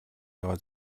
байгаа